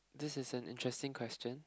this is an interesting question